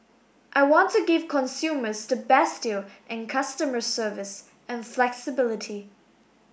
I want to give consumers the best deal and customer service and flexibility